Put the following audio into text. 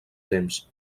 temps